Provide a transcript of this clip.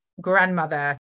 grandmother